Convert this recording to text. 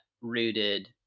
rooted